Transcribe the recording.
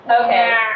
Okay